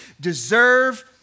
deserve